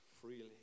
freely